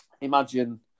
imagine